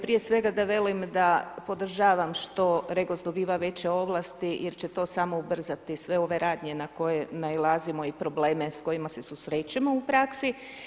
Prije svega da velim da podržavam što REGOS dobiva veće ovlasti, jer će to samo ubrzati sve ove radnje na koje nailazimo i probleme s kojima se susrećemo u praksi.